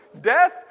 death